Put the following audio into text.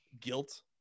guilt